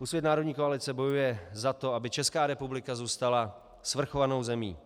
Úsvit národní koalice bojuje za to, aby Česká republika zůstala svrchovanou zemí,